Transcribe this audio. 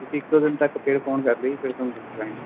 ਤੁਸੀਂ ਇੱਕ ਦੋ ਦਿਨ ਤੱਕ ਫਿਰ ਫੋਨ ਕਰ ਲਿਓ ਜੀ ਫਿਰ ਤੁਹਾਨੂੰ ਦਸ ਦਾਂਗੇ